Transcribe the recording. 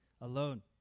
alone